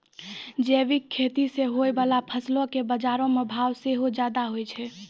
जैविक खेती से होय बाला फसलो के बजारो मे भाव सेहो ज्यादा होय छै